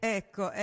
ecco